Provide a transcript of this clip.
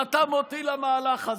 רתם אותי למהלך הזה.